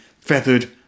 feathered